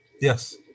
Yes